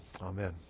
Amen